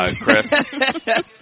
Chris